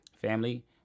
Family